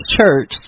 Church